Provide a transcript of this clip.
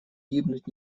гибнуть